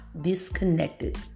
disconnected